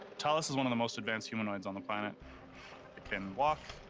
talos is one of the most advanced humanoids on the planet. it can walk,